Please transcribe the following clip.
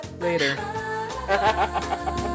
Later